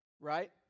Right